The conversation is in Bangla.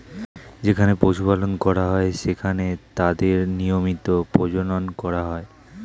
যেখানে পশু পালন করা হয়, সেখানে তাদের নিয়মিত প্রজনন করা হয়